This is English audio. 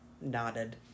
nodded